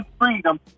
freedom